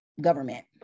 government